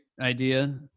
idea